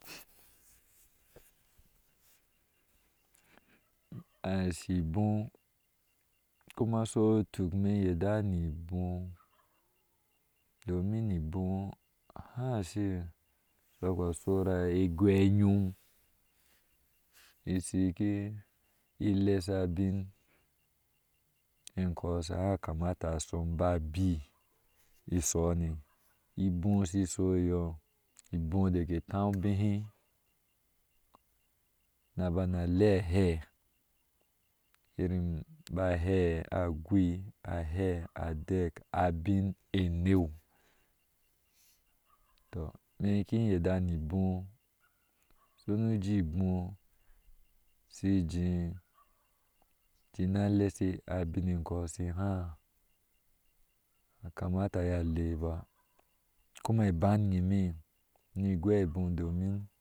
Ashi bou kuma sa tuk ni yarda ni bou domi bou han shi sau kpe igwai yɔɔm isaiku lesaben ikoh saihan kamata saukpe ba abiiibou sai sauŋe diki tai ubehɛɛ na bana le ahɛɛ ba hɛɛ agweh ba hɛɛ emaa abin be newu mɛ ke yarda ni bou domin sonu jeh ibou sajeh ja ale abii ko baketeh ba kuma baŋmi.